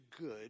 good